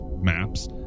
maps